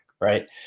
right